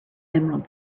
emerald